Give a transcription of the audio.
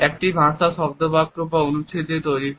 একটি ভাষা শব্দ বাক্য এবং অনুচ্ছেদ দিয়ে তৈরি হয়